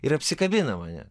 ir apsikabina mane